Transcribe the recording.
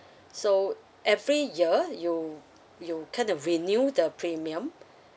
so every year you you kind of renew the premium